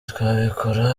twabikora